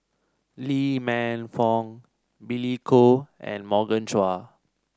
Lee Man Fong Billy Koh and Morgan Chua